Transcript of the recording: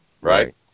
Right